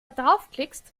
draufklickst